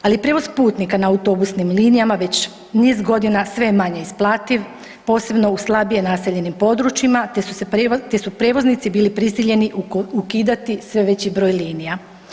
Ali prijevoz putnika na autobusnim linijama već niz godina sve je manje isplativ posebno u slabije naseljenim područjima, te su prijevoznici bili prisiljeni ukidati sve veći broj linija.